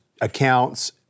accounts